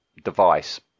device